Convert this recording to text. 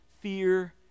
fear